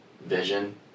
Vision